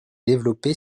développée